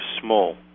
small